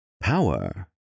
power